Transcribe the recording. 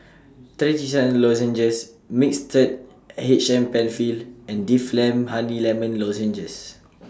Trachisan Lozenges Mixtard H M PenFill and Difflam Honey Lemon Lozenges